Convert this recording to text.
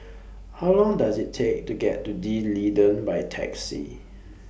How Long Does IT Take to get to D'Leedon By Taxi